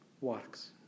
works